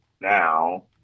now